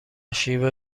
شیوا